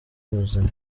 muzima